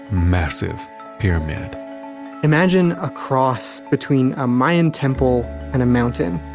massive pyramid imagine a cross between a mayan temple and a mountain,